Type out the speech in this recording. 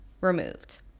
removed